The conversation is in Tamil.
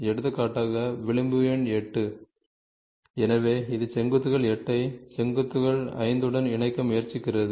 எடுத்துக்காட்டாக விளிம்பு எண் 8 எனவே இது செங்குத்துகள் 8 ஐ செங்குத்துகள் 5 உடன் இணைக்க முயற்சிக்கிறது